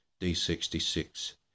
D66